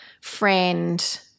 friend